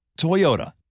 Toyota